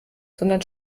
sondern